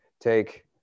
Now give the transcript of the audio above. take